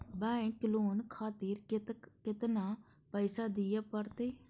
Bank loan खातीर केतना पैसा दीये परतें?